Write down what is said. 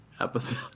episode